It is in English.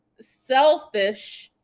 selfish